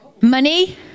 Money